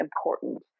important